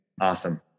Awesome